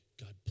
God